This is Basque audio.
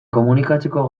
komunikatzeko